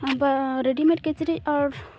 ᱟᱫᱚ ᱨᱮᱰᱤᱢᱮᱰ ᱠᱤᱪᱨᱤᱡᱽ ᱟᱨ